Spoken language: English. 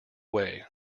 way